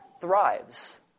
thrives